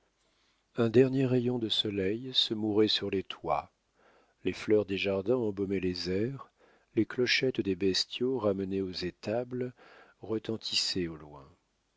un dernier rayon de soleil se mourait sur les toits les fleurs des jardins embaumaient les airs les clochettes des bestiaux ramenés aux étables retentissaient au loin